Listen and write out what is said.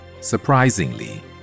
Surprisingly